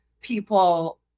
people